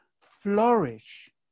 flourish